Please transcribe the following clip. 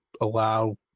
allow